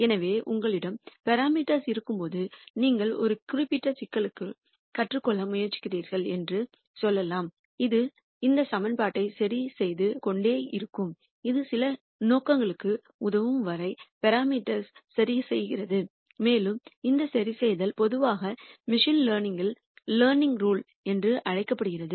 எனவே உங்களிடம் பராமீட்டர்கள் இருக்கும்போது நீங்கள் ஒரு குறிப்பிட்ட சிக்கலுக்கு கற்றுக்கொள்ள முயற்சிக்கிறீர்கள் என்று சொல்லலாம் இது இந்த சமன்பாட்டை சரிசெய்து கொண்டே இருக்கும் இது சில நோக்கங்களுக்கு உதவும் வரை பராமீட்டர்களை சரிசெய்கிறது மேலும் இந்த சரிசெய்தல் பொதுவாக மெஷின் லேர்னிங்கில் லேர்னிங்ரூல் என்று அழைக்கப்படுகிறது